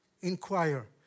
inquire